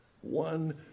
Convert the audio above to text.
One